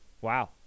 Wow